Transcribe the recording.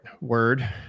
word